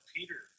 Peter